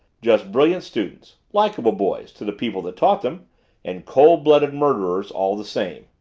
just brilliant students likeable boys to the people that taught them and cold-blooded murderers all the same.